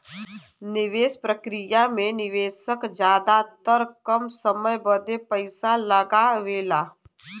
निवेस प्रक्रिया मे निवेशक जादातर कम समय बदे पइसा लगावेला